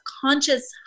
conscious